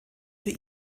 für